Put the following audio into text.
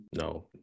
No